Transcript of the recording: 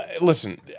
listen